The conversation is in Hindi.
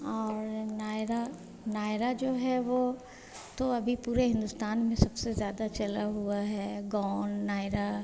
और नायरा नायरा जो है वह तो अभी पूरे हिंदुस्तान में सबसे ज़्यादा चला हुआ है गाउन नायरा